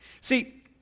See